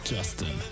Justin